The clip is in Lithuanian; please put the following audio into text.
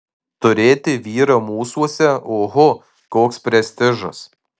turėti vyrą mūsuose oho koks prestižas